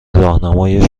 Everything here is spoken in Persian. راهنمای